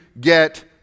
get